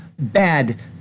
bad